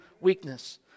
weakness